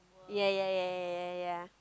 yeah yeah yeah yeah yeah yeah yeah